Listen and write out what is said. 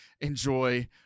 enjoy